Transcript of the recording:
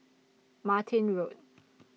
Martin Road